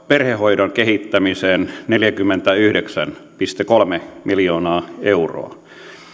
perhehoidon kehittämiseen neljäkymmentäyhdeksän pilkku kolme miljoonaa euroa